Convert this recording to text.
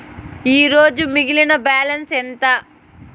ఈరోజు మిగిలిన బ్యాలెన్స్ ఎంత?